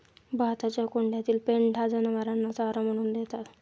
भाताच्या कुंड्यातील पेंढा जनावरांना चारा म्हणून देतात